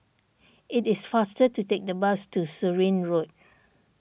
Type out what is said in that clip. it is faster to take the bus to Surin Road